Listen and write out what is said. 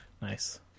Nice